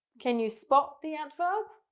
can you spot the adverb?